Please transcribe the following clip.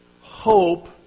Hope